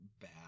bad